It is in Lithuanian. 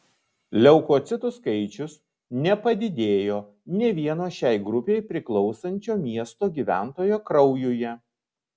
leukocitų skaičius nepadidėjo nė vieno šiai grupei priklausančio miesto gyventojo kraujuje